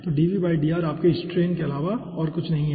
तो आपके स्ट्रेन के अलावा और कुछ नहीं है